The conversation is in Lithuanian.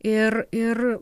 ir ir